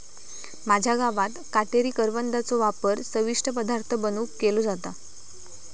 माझ्या गावात काटेरी करवंदाचो वापर चविष्ट पदार्थ बनवुक केलो जाता